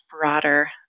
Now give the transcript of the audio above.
broader